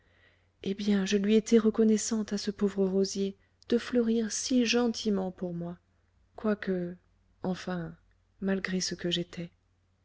eh bien je lui étais reconnaissante à ce pauvre rosier de fleurir si gentiment pour moi quoique enfin malgré ce que j'étais